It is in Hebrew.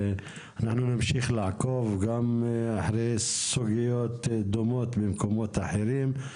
ואנחנו נמשיך לעקוב גם אחרי סוגיות דומות במקומות אחרים.